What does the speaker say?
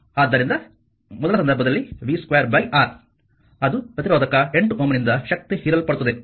ಆದ್ದರಿಂದ ಮೊದಲ ಸಂದರ್ಭದಲ್ಲಿ v2 R ಅದು ಪ್ರತಿರೋಧಕ 8Ωನಿಂದ ಶಕ್ತಿ ಹೀರಲ್ಪಡುತ್ತದೆ